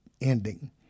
ending